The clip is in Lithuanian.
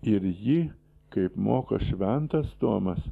ir jį kaip moko šventas tomas